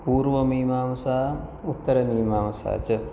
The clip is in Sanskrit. पूर्वमीमांसा उत्तरमीमांसा च